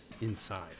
inside